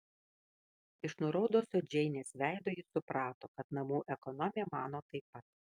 iš nuraudusio džeinės veido ji suprato kad namų ekonomė mano taip pat